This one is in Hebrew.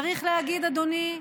צריך להגיד, אדוני: